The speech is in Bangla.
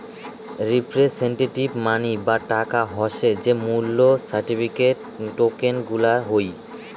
রিপ্রেসেন্টেটিভ মানি বা টাকা হসে যে মূল্য সার্টিফিকেট, টোকেন গুলার হই